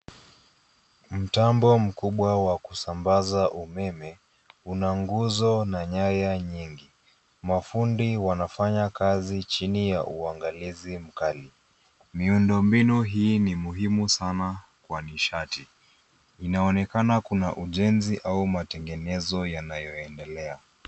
Mtambo mkubwa kusambaza umeme, una nguzo na nyaya nyingi. Mafundi wanafanya kazi chini ya uangalizi mkali. Miundo mbinu hii ni muhimu sana kwa nishati, inaonekana kuna ujenzi, au matengenezo yanayoendelea.